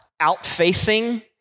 outfacing